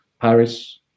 paris